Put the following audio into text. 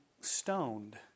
stoned